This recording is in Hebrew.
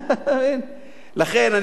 לכן,